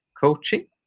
coaching